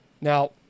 Now